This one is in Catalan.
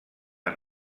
han